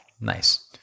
Nice